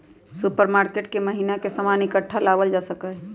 supermarket से महीना के सामान इकट्ठा लावल जा सका हई